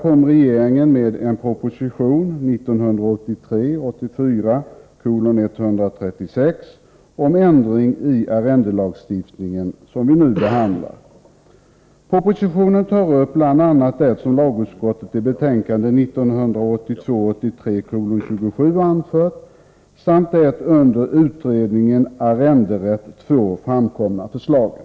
om ändring i arrendelagstiftningen som vi nu behandlar. Propositionen tar bl.a. upp det som lagutskottet i betänkande 1982/83:27 anfört samt de i samband med utredningen ”Arrenderätt två” framkomna förslagen.